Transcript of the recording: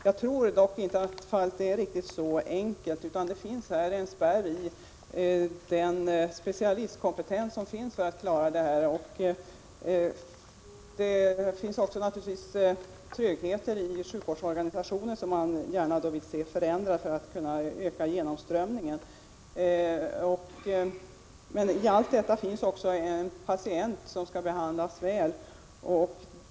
Jag tror dock inte att det är riktigt så enkelt. Det finns en spärr för att klara det här genom specialistkompetensen. Det finns naturligtvis också trögheter i sjukvårdsorganisationen, som man gärna vill se förändrad i de avseendena för att kunna öka genomströmningen. Men i allt detta finns också en patient som skall behandlas väl.